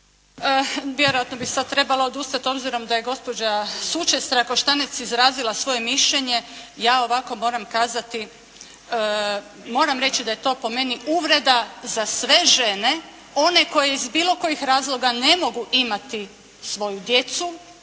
Vjerojatno bi sad trebalo odustat obzirom da je gospođa Sučec-Trakoštanec izrazila svoje mišljenje, ja ovako moram kazati, moram reći da je to po meni uvreda za sve žene, one koje iz bilo kojih razloga ne mogu imati svoju djecu